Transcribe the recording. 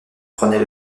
prenait